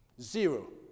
Zero